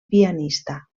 pianista